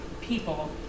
people